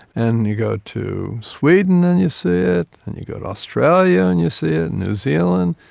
and you go to sweden and you see it, and you go to australia and you see it, new zealand,